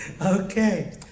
Okay